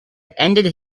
ended